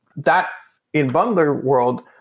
that in bundler world,